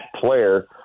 player